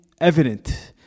evident